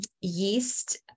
Yeast